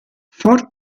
fort